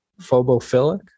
Phobophilic